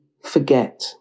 forget